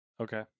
Okay